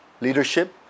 leadership